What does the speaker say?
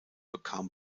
bekam